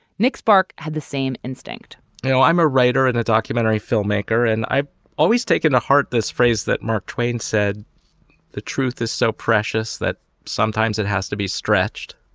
nick spark had the same instinct you know, i'm a writer and a documentary filmmaker, and i've always taken to heart this phrase that mark twain said the truth is so precious that sometimes it has to be stretched.